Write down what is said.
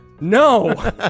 No